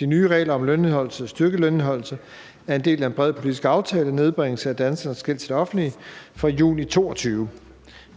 De nye regler om en styrket lønindeholdelse er en del af en bred politisk aftale om nedbringelse af danskernes gæld til det offentlige fra juni 2022.